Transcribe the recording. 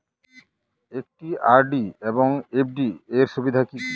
একটি আর.ডি এবং এফ.ডি এর সুবিধা কি কি?